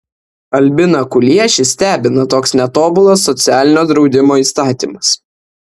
albiną kuliešį stebina toks netobulas socialinio draudimo įstatymas